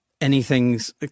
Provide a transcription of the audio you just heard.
anything's